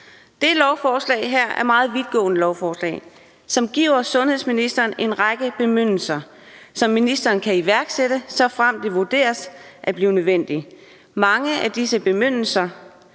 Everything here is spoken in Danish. Det lovforslag her er et meget vidtgående lovforslag, som giver sundhedsministeren en række bemyndigelser, som ministeren kan iværksætte, såfremt det vurderes at være nødvendigt. Mange af disse bemyndigelser